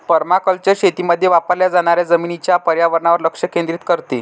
permaculture शेतीमध्ये वापरल्या जाणाऱ्या जमिनीच्या पर्यावरणावर लक्ष केंद्रित करते